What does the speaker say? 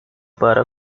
para